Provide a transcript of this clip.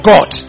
God